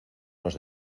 nos